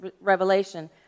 revelation